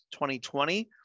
2020